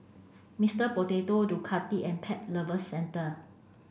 Mister Potato Ducati and Pet Lovers Centre